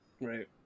right